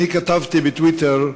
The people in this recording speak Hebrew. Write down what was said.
כתבתי בטוויטר: